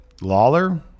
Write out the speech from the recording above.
Lawler